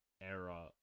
era